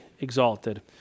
exalted